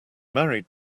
married